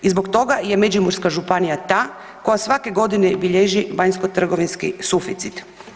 I zbog toga je Međimurska županija ta koja svake godine bilježi vanjsko-trgovinski suficit.